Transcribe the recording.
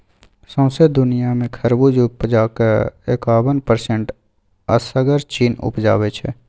सौंसे दुनियाँ मे खरबुज उपजाक एकाबन परसेंट असगर चीन उपजाबै छै